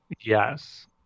Yes